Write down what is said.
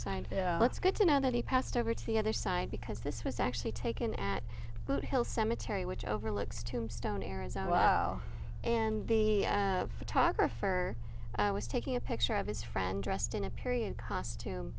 get to know that he passed over to the other side because this was actually taken at boot hill cemetery which overlooks tombstone arizona and the photographer i was taking a picture of his friend dressed in a period costume